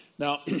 Now